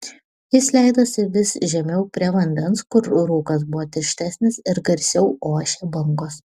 jis leidosi vis žemiau prie vandens kur rūkas buvo tirštesnis ir garsiau ošė bangos